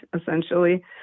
essentially